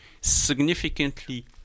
significantly